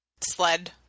Sled